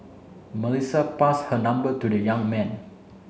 Melissa passed her number to the young man